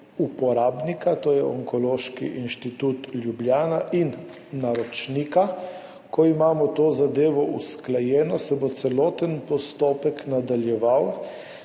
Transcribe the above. uporabnika, to je Onkološki inštitut Ljubljana, in naročnika. Ko bomo imeli to zadevo usklajeno, se bo celoten postopek nadaljeval